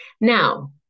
Now